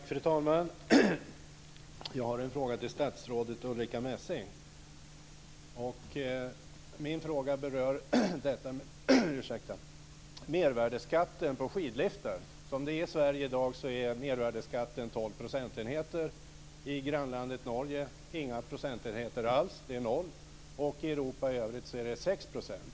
Fru talman! Jag har en fråga till statsrådet Ulrica Messing. Min fråga berör detta med mervärdesskatten på skidliftar. Som det är i Sverige i dag är mervärdesskatten tolv procentenheter. I grannlandet Norge är det inga procentenheter alls - det är noll. I Europa i övrigt är det 6 %.